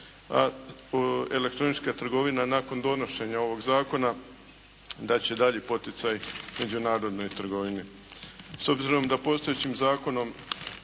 a elektronička trgovina nakon donošenja ovog zakona dat će dalji poticaj međunarodnoj trgovini. S obzirom da je postojećim Zakonom